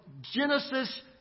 Genesis